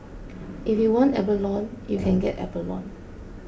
if you want abalone you can get abalone